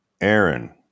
Aaron